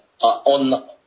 on